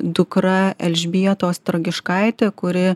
dukra elžbieta ostrogiškaitė kuri